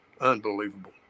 unbelievable